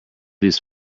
these